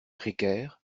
précaires